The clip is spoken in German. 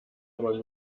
aber